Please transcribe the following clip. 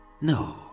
No